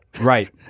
Right